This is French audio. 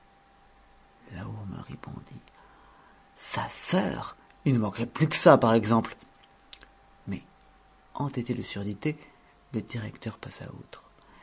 la hourmerie bondit sa sœur il ne manquerait plus que ça par exemple mais entêté de surdité le directeur passa outre